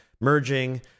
merging